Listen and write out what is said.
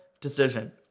decision